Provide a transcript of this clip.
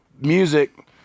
music